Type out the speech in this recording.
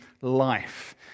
Life